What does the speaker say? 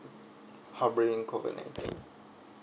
harboring COVID nineteen